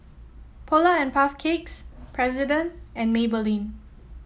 Polar and Puff Cakes President and Maybelline